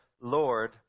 Lord